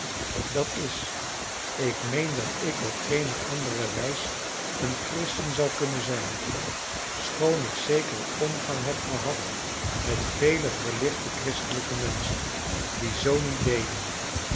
dat is ik meen dat ik op geene andere wijs een christen zou kunnen zijn schoon ik zeker omgang heb gehad met vele verlichte christelijke menschen die zoo niet deden